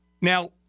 Now